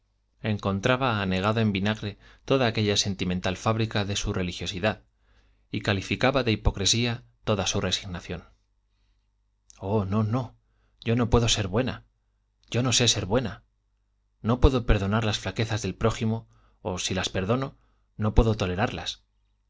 encontraba anegada en vinagre toda aquella sentimental fábrica de su religiosidad y calificaba de hipocresía toda su resignación oh no no yo no puedo ser buena yo no sé ser buena no puedo perdonar las flaquezas del prójimo o si las perdono no puedo tolerarlas